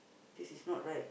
this is not right